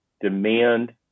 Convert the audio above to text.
demand